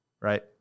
Right